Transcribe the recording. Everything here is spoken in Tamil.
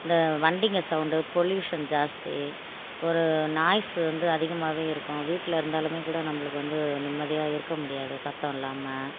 இந்த வண்டிங்க சவுண்டு பொல்யூஷன் ஜாஸ்தி ஒரு நாய்ஸ் வந்து அதிகமாவே இருக்கும் வீட்டில் இருந்தாலுமே கூட நம்மளுக்கு வந்து நிம்மதியாக இருக்கற முடியாது சத்தம் இல்லாமல்